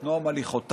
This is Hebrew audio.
את נועם הליכותיו,